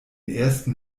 ersten